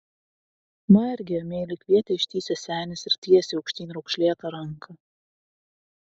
marge meiliai kvietė ištįsęs senis ir tiesė aukštyn raukšlėtą ranką